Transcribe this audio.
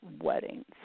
weddings